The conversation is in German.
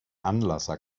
anlasser